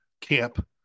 camp